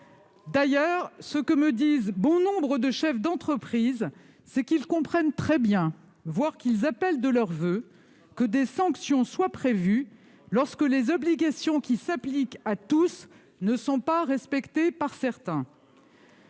D'ailleurs, bon nombre de chefs d'entreprise me disent qu'ils comprennent très bien, voire qu'ils appellent de leurs voeux, les sanctions prévues lorsque les obligations qui s'appliquent à tous ne sont pas respectées par certains.